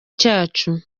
cyacu